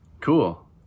Cool